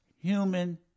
human